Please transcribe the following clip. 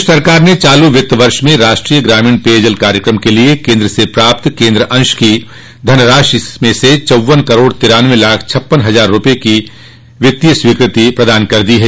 प्रदेश सरकार ने चालू वित्तीय वर्ष में राष्ट्रीय ग्रामीण पेयजल कार्यकम के लिए केन्द्र से प्राप्त केन्द्रांश की धनराशि में से चौवन करोड़ तिरान्नबे लाख छप्पन हजार रूपये की वित्तीय स्वीकृति प्रदान कर दी है